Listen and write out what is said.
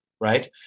right